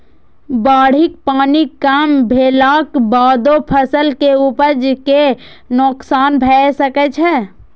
बाढ़िक पानि कम भेलाक बादो फसल के उपज कें नोकसान भए सकै छै